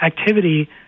activity